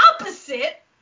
opposite